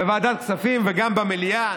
בוועדת כספים וגם במליאה.